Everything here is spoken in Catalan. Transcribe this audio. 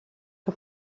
que